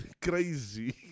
Crazy